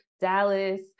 Dallas